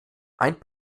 ein